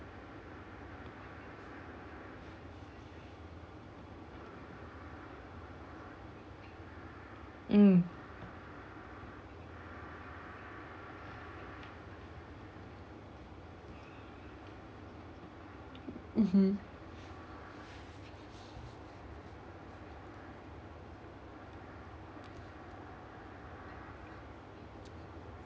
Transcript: mm mmhmm